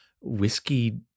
whiskey